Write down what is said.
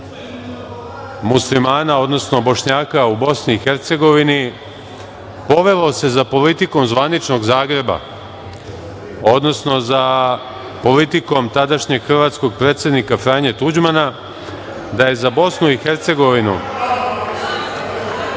Muslimana, odnosno Bošnjaka u BiH, povelo se za politikom zvaničnog Zagreba, odnosno za politikom tadašnjeg hrvatskog predsednika Franje Tuđmana, da je za BiH, odnosno